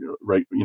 right